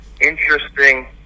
interesting